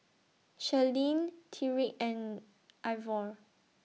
Sherlyn Tyreek and Ivor